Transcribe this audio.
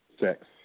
Sex